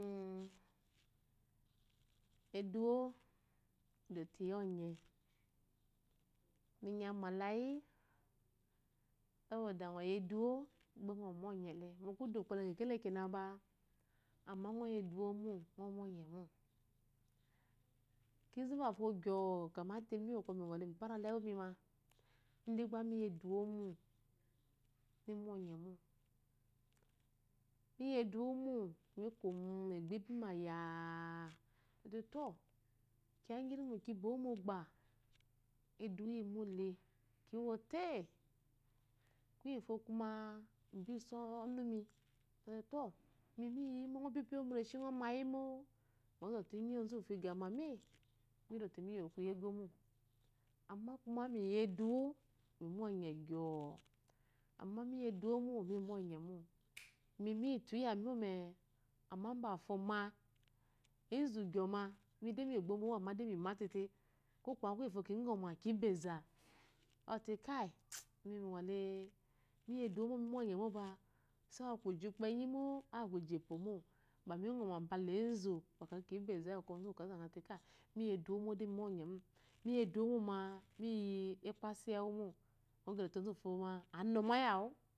eduwo edote iyioye minye, minyame leyi sabwda ngo yi edewo gbe ngo monyele mu kudu gɔle kekele kena pa amme ngo yi edumo ngo monye mo kizu mbefo gyoo kamate immi wumingole mifarela engumuime ide gba miyi eduwomo mimine onyemo, miyi eduwomo mikumu egbo ibme yaa te to kiyi gyinkobo moba miyi eduwomole miwite kuyegufo kume mibiso onɔmite to imiyiyimɔ ngo pipiewo mureshi mima inyimo mizote ozuwinto igamame midote miyowu koyo egomo amma kuma mi ye edumo minu onye gyoo amma anyi eduwomo mi mu onye mo imi yilu yami mome amme mbvefome enzu gyoo ma mide miyi yegbo bemo amma befo kimatete kokuwi bafo kingome ki baza aute kai imi nigole miyi eduwomo minu onye moba so aku kupenyi mo aku kujepwo mo mibe ngome bale ezu bwakwa kingo kinbeze bwɔkwɔ ante kai miyeduwo mo miyi eduwomode mimonye kai inyi edumo miyi ekpesuyi ewumo ngo gelete ozuwufo anoneyawu